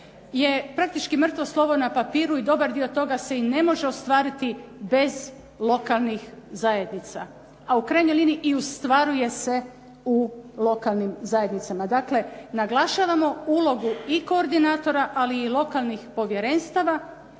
je praktički mrtvo slovo na papiru i dobar dio toga se i ne može ostvariti bez lokalnih zajednica, a u krajnjoj liniji i ostvaruje se i u lokalnim zajednicama. Dakle, naglašavamo ulogu i koordinatora ali i lokalnih povjerenstava